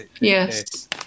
yes